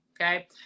Okay